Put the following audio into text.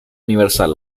universal